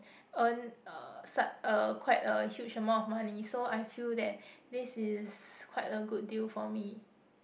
earn uh such uh quite a huge amount of money so I feel that this is quite a good deal for me